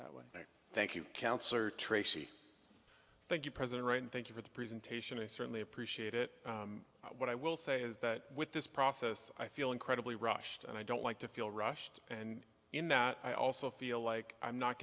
that way thank you councillor tracy thank you president right and thank you for the presentation i certainly appreciate it what i will say is that with this process i feel incredibly rushed and i don't like to feel rushed and in that i also feel like i'm not